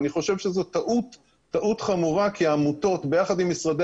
אני חושב שזו טעות חמורה כי העמותות ביחד עם משרדי